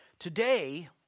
Today